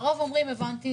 הרוב אומרים: הבנתי,